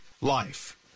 life